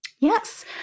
Yes